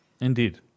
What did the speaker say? Indeed